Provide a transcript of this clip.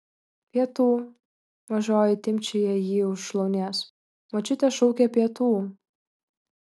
pietų mažoji timpčioja jį už šlaunies močiutė šaukia pietų